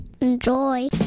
Enjoy